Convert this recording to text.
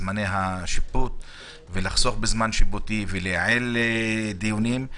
זמני השיפוט ולחסוך זמן שיפוטי ולייעל את הדיונים.